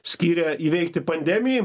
skirė įveikti pandemijai